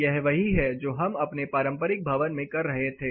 यह वही है जो हम अपने पारंपरिक भवन में कर रहे थे